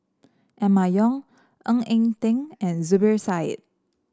Emma Yong Ng Eng Teng and Zubir Said